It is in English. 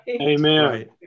Amen